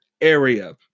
area